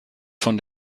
von